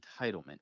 entitlement